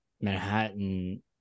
manhattan